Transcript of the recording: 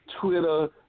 Twitter